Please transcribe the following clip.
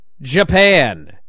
Japan